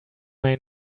may